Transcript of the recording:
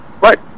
Right